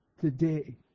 today